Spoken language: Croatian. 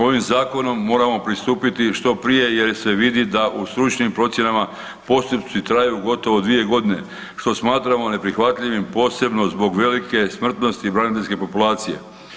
Ovim zakonom moramo pristupiti što prije jer se vidi da u stručnim procjenama postupci traju gotovo dvije godine, što smatramo neprihvatljivim posebno zbog velike smrtnosti braniteljske populacije.